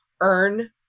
earn